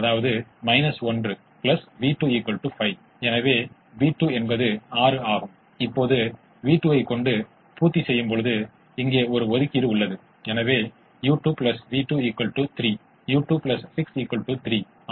பின்னர் 66 உடன் இரட்டைக்கு ஒரு சாத்தியமான தீர்வையும் 67 உடன் இரட்டைக்கு சாத்தியமான தீர்வையும் கொண்டிருக்கிறேன் இது பலவீனமான இரட்டைத் தேற்றத்தை மீறும்